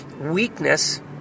weakness